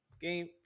game